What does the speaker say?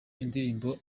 indirimbo